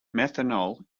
methanol